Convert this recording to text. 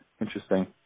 Interesting